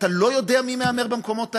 אתה לא יודע מי מהמר במקומות האלה,